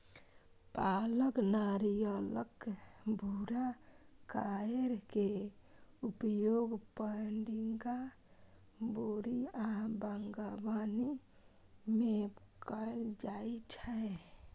पाकल नारियलक भूरा कॉयर के उपयोग पैडिंग, बोरी आ बागवानी मे कैल जाइ छै